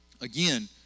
again